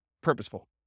purposeful